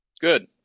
Good